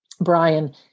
Brian